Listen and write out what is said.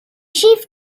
chiffres